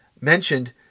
mentioned